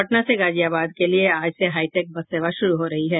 पटना से गाजियाबाद के लिये आज से हाईटेक बस सेवा शुरू हो रही है